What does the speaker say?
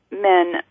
men